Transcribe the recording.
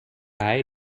hij